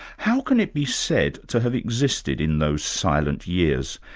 how can it be said to have existed in those silent years?